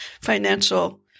financial